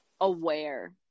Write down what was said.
aware